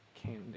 candy